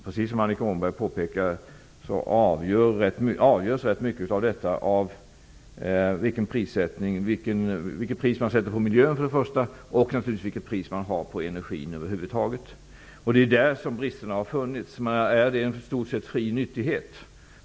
Precis som Annika Åhnberg påpekar, avgörs rätt mycket av detta av vilket pris man sätter på miljön och priset på energin över huvud taget. Det är där som bristerna har funnits. Det är en i stort sett fri nyttighet.